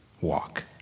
walk